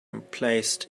emplaced